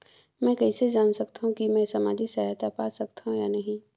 मै कइसे जान सकथव कि मैं समाजिक सहायता पा सकथव या नहीं?